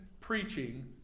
preaching